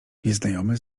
nieznajomy